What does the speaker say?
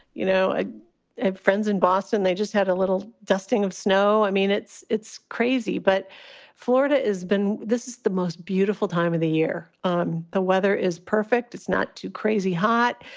you know, i have friends in boston, they just had a little dusting of snow. i mean, it's it's crazy. but florida is been this is the most beautiful time of the year. um the weather is perfect. it's not too crazy hot.